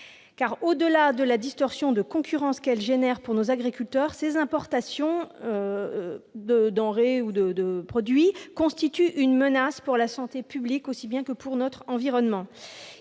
Au-delà de la distorsion de concurrence qu'elles engendrent pour nos agriculteurs, ces importations de denrées ou de produits constituent une menace tant pour la santé publique que pour l'environnement.